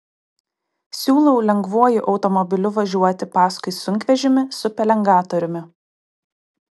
siūlau lengvuoju automobiliu važiuoti paskui sunkvežimį su pelengatoriumi